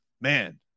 man